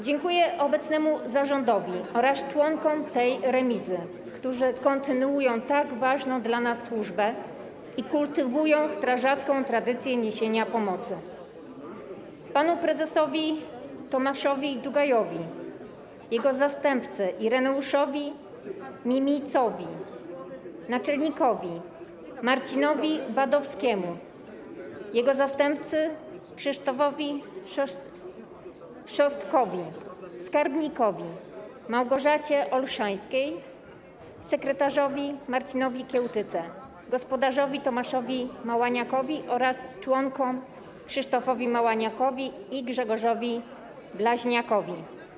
Dziękuję obecnemu zarządowi oraz członkom remizy, którzy kontynuują tak ważną dla nas służbę i kultywują strażacką tradycję niesienia pomocy: panu prezesowi Tomaszowi Dżugajowi, jego zastępcy Ireneuszowi Mimietzowi, naczelnikowi Marcinowi Badowskiemu, jego zastępcy Krzysztofowi Szostkowi, skarbnikowi Małgorzacie Olszańskiej, sekretarzowi Marcinowi Kiełtyce, gospodarzowi Tomaszowi Małaniakowi oraz członkom Krzysztofowi Małaniakowi i Grzegorzowi Blaźniakowi.